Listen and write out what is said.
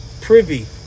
Privy